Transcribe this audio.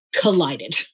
collided